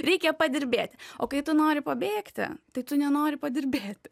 reikia padirbėti o kai tu nori pabėgti tai tu nenori padirbėti